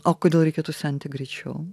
o kodėl reikėtų senti greičiau